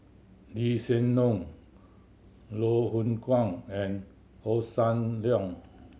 Lee Hsien Loong Loh Hoong Kwan and Hossan Leong